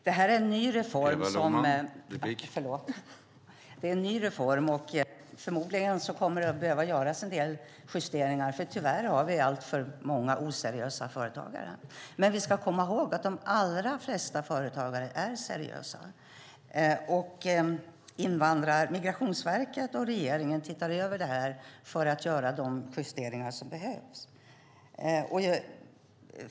Herr talman! Det här är en ny reform, och förmodligen kommer det att behöva göras en del justeringar. Tyvärr har vi alltför många oseriösa företagare, men vi ska också komma ihåg att de allra flesta företagare är seriösa. Migrationsverket och regeringen tittar över detta för att göra de justeringar som behövs.